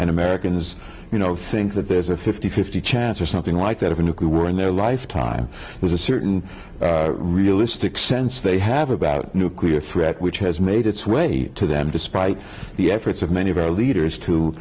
and americans you know think that there's a five thousand and fifty chance or something like that of a nuclear war in their lifetime there's a certain realistic sense they have about nuclear threat which has made its way to them despite the efforts of many of our leaders to